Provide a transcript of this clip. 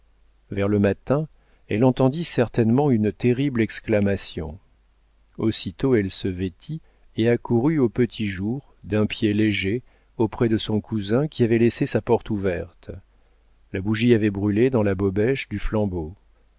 vers le matin elle entendit certainement une terrible exclamation aussitôt elle se vêtit et accourut au petit jour d'un pied léger auprès de son cousin qui avait laissé sa porte ouverte la bougie avait brûlé dans la bobèche du flambeau